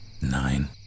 Nine